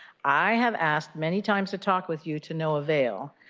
i have asked many times to talk with you to no avail.